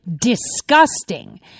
Disgusting